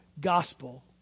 gospel